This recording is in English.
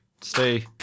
stay